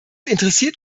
interessiert